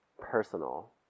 personal